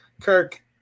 Kirk